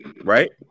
right